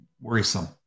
worrisome